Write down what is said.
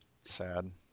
Sad